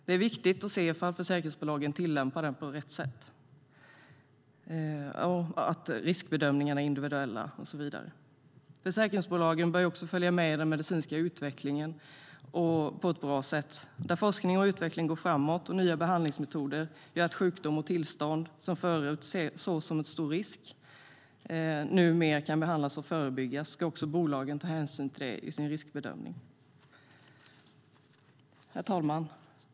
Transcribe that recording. Det är viktigt att se ifall försäkringsbolagen tillämpar den på rätt sätt, att riskbedömningarna är individuella och så vidare. Herr talman!